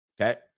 Okay